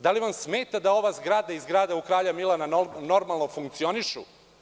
Da li vam smeta da ova zgrada i zgrada u Kralja Milana normalno funkcionišu?